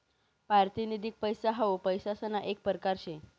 पारतिनिधिक पैसा हाऊ पैसासना येक परकार शे